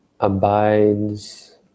abides